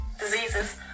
diseases